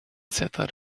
settled